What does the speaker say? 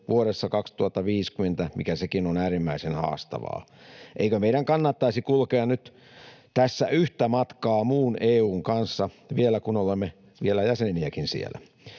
vuodessa 2050, mikä sekin on äärimmäisen haastavaa. Eikö meidän kannattaisi kulkea nyt tässä yhtä matkaa muun EU:n kanssa, kun olemme vielä jäseniäkin siellä?